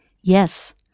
Yes